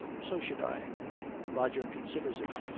so should i roger considers it.